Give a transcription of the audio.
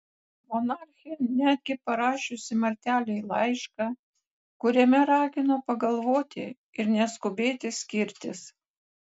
monarchė netgi parašiusi martelei laišką kuriame ragino pagalvoti ir neskubėti skirtis